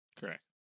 correct